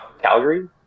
Calgary